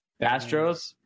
Astros